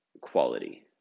quality